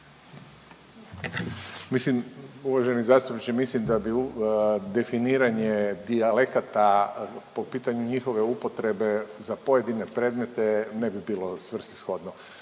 Mislim, uvaženi zastupniče, mislim da bi u definiranje dijalekata po pitanju njihove upotrebe za pojedine predmete ne bi bilo svrsishodno.